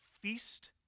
feast